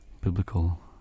biblical